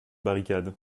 barricade